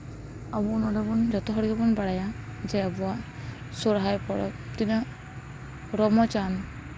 ᱟᱵᱚ ᱱᱚᱸᱰᱮ ᱵᱚᱱ ᱡᱚᱛᱚ ᱦᱚᱲ ᱜᱮᱵᱚᱱ ᱵᱟᱲᱟᱭᱟ ᱡᱮ ᱟᱵᱚᱣᱟᱜ ᱥᱚᱨᱦᱟᱭ ᱯᱚᱨᱚᱵᱽ ᱛᱤᱱᱟᱹᱜ ᱨᱚᱢᱚᱡᱟᱱ